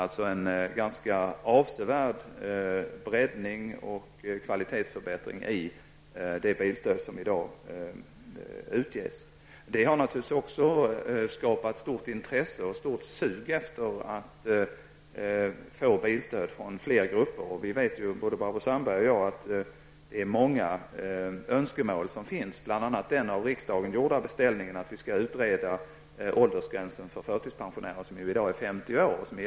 Det har skett en ganska avsevärd breddning och kvalitetsförbättring genom det bilstöd som i dag utges. Detta har naturligtvis också skapat ett stort intresse och en stor efterfrågan av bilstöd hos fler grupper. Både Barbro Sandberg och jag vet att det finns många önskemål, bl.a. den av riksdagen gjorda beställningen att åldersgränsen för förtidspensionärer, som i dag är 50 år, skall utredas.